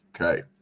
okay